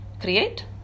create